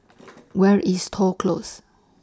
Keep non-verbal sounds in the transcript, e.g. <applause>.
<noise> Where IS Toh Close